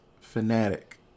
fanatic